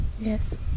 Yes